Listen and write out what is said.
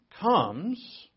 comes